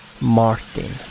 Martin